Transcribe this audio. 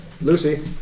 Lucy